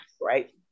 right